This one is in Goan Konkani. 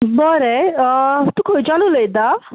बरें तूं खंयच्यान उलयता